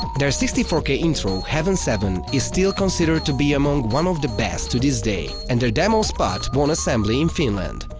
their sixty four k intro heaven seven is still considered to be among one of the best to this day, and their demo spot won assembly in finland.